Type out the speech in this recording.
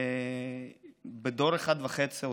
דור אחד וחצי,